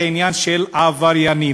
זה עניין של עבריינים.